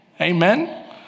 Amen